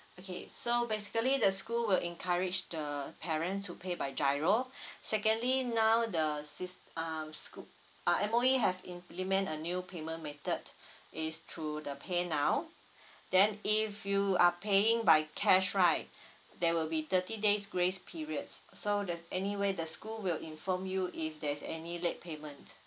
okay so basically the school will encourage the parent to pay by GIRO secondly now the sys~ um schoo~ uh M_O_E have implement a new payment method is through the paynow then if you are paying by cash right there will be thirty days grace periods so there's anyway the school will inform you if there's any late payment